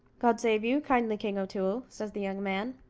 god save you kindly, king o'toole, says the young man.